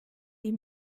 die